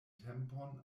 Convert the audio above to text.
tempon